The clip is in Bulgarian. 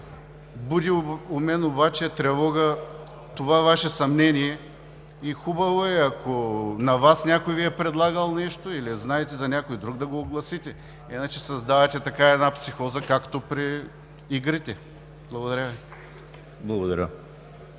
начин. У мен обаче буди тревога това Ваше съмнение. Хубаво е, ако на Вас някой Ви е предлагал нещо или знаете за някой друг, да го огласите. Иначе създавате една психоза, както при игрите. Благодаря Ви.